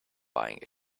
buying